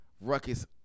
ruckus